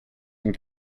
and